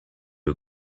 who